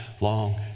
long